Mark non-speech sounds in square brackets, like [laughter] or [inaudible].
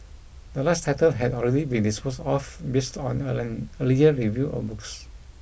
the last title had already been disposed off based on an [unintelligible] earlier review of books